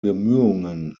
bemühungen